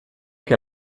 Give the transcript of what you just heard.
che